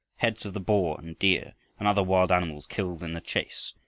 heads of the boar and deer and other wild animals killed in the chase,